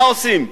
מה עושים?